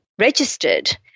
registered